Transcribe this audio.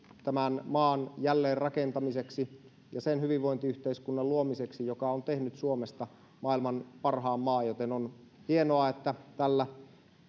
tämän maan jälleenrakentamiseksi ja sen hyvinvointiyhteiskunnan luomiseksi joka on tehnyt suomesta maailman parhaan maan joten on hienoa että tällä